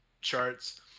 charts